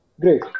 great